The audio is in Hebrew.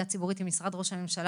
הציבורית ביחד עם משרד ראש הממשלה,